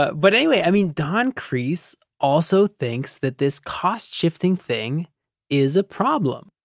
but but anyway, i mean don kreis also thinks that this cost shifting thing is a problem.